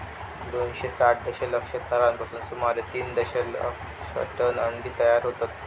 दोनशे साठ दशलक्ष थरांपासून सुमारे तीन दशलक्ष टन अंडी तयार होतत